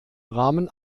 rahmen